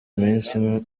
munsi